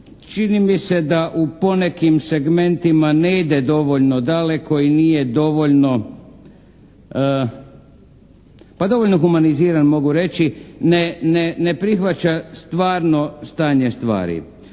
čini mi se da u ponekim segmentima ne ide dovoljno daleko i nije dovoljno pa dovoljno humaniziran mogu reći. Ne prihvaća stvarno stanje stvari.